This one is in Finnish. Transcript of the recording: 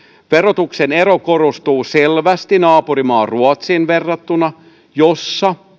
verotuksen ero korostuu selvästi naapurimaa ruotsiin verrattuna jossa